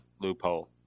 Loophole